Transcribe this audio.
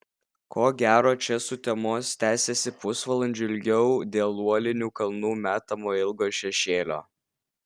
ko gero čia sutemos tęsiasi pusvalandžiu ilgiau dėl uolinių kalnų metamo ilgo šešėlio